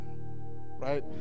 right